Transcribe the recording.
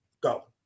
go